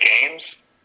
games